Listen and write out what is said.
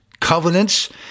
covenants